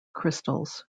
crystals